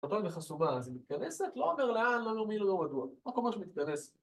פתאום היא חסומה, אז היא מתכנסת, לא אומר לאן, לא אומר מי לא רגוע, רק אומר שהיא מתכנסת